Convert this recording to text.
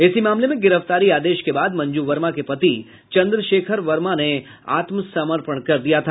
इसी मामले में गिरफ्तारी आदेश के बाद मंजू वर्मा के पति चन्द्रशेखर वर्मा ने आत्मसमर्पण कर दिया था